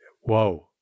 Whoa